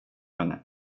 henne